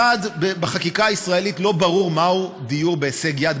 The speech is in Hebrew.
1. בחקיקה הישראלית לא ברור מהו דיור בהישג יד,